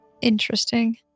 Interesting